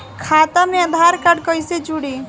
खाता मे आधार कार्ड कईसे जुड़ि?